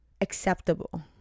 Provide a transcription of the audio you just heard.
acceptable